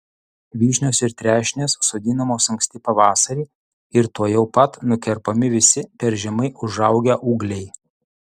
vyšnios ir trešnės sodinamos anksti pavasarį ir tuojau pat nukerpami visi per žemai užaugę ūgliai